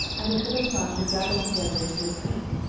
and the philistines were gathered together into a troop,